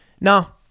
Now